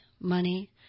money